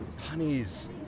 Honeys